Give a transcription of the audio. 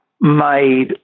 made